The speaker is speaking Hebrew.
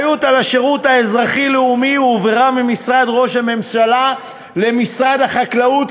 האחריות לשירות האזרחי-לאומי הועברה ממשרד ראש הממשלה למשרד החקלאות,